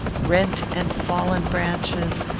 rent and fallen branches,